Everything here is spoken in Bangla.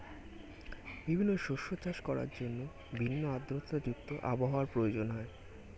বিভিন্ন শস্য চাষ করার জন্য ভিন্ন আর্দ্রতা যুক্ত আবহাওয়ার প্রয়োজন হয়